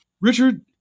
Richard